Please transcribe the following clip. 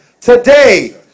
Today